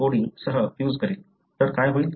तर काय होईल